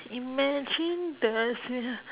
imagine the